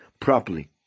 properly